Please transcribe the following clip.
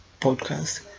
podcast